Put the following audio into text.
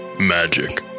Magic